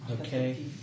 Okay